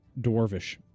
Dwarvish